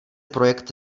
projekt